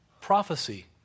prophecy